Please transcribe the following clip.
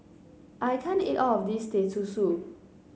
I can't eat all of this Teh Susu